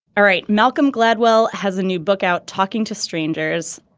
all right. malcolm gladwell has a new book out talking to strangers.